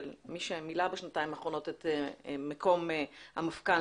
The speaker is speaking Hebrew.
מי שמילא בשנתיים האחרונות את מקום המפכ"ל,